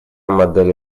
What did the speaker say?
модель